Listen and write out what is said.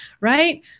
right